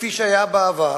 כפי שהיה בעבר,